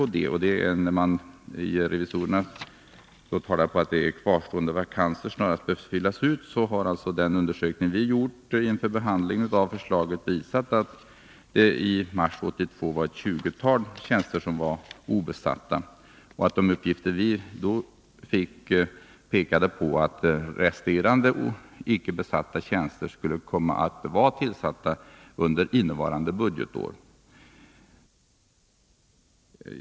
Revisorerna har framhållit att de kvarstående vakanserna snarast bör fyllas ut. Den undersökning som vi har gjort inför behandlingen av förslaget har visat att det i mars 1982 var ett tjugotal tjänster som var obesatta. De uppgifter vi fick pekade på att resterande icke besatta tjänster skulle komma att vara tillsatta under innevarande budgetår.